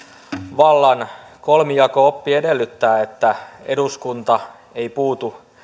vallan kolmijako oppi edellyttää että eduskunta ei puutu